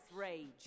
rage